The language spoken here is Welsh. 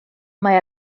mae